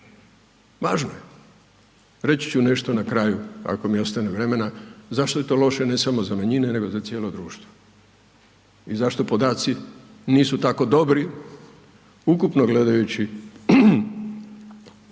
Važno je. Reći ću nešto na kraju, ako mi ostane vremena, zašto je to loše ne samo za manjine nego za cijelo društvo i zašto podaci nisu tako dobri ukupno gledajući